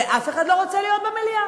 ואף אחד לא רוצה להיות במליאה.